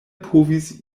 povis